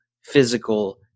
physical